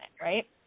Right